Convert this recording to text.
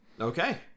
Okay